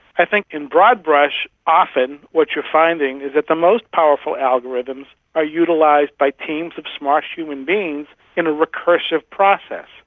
i think in broad brush, often what you're finding is that the most powerful algorithms are utilised by teams of smart human beings in a recursive process,